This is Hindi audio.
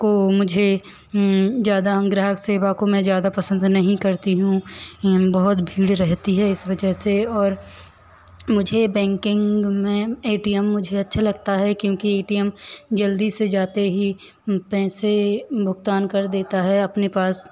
को मुझे ज्यादा ग्राहक सेवा को मैं ज्यादा पसंद नहीं करती हूँ बहुत भीड़ रहती है इस वजह से और मुझे बैंकिंग में ए टी एम मुझे अच्छा लगता है क्योंकि ए टी एम जल्दी से जाते ही पैसे भुगतान कर देता है अपने पास